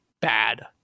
bad